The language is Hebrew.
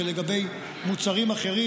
ולגבי מוצרים אחרים,